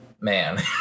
Man